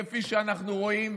כפי שאנחנו רואים,